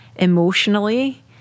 Emotionally